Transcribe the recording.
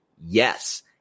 Yes